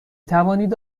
توانید